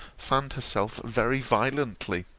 fanned herself very violently.